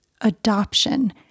Adoption